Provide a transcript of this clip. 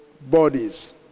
bodies